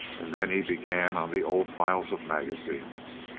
and then he began on the old files of magazines.